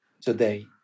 today